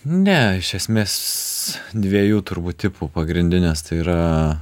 ne iš esmės dviejų turbūt tipų pagrindinės tai yra